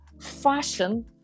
fashion